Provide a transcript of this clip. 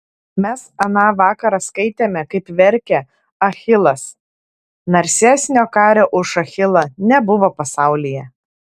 mes aną vakarą skaitėme kaip verkė achilas narsesnio kario už achilą nebuvo pasaulyje